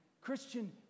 Christian